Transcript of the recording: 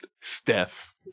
Steph